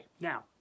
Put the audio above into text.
now